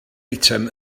eitem